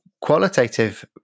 qualitative